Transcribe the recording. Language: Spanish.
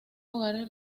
hogares